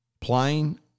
Plain